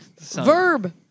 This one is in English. Verb